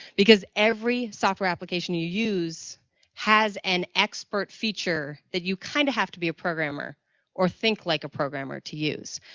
because every software application you use has an expert feature that you kind to have to be a programmer or think like a programmer to use,